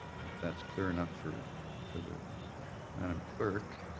that's clear enough for for the and um clerk.